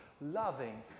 loving